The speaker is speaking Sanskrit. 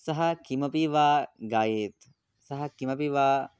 सः किमपि व गायेत् सः किमपि वा